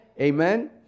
Amen